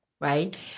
right